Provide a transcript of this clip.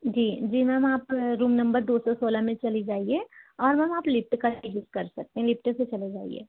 जी जी मैम आप room number दो सौ सोलह में चले जाइए और मैम आप लिफ्ट का भी यूज़ कर सकते हैं लिफ्ट से चले जाइए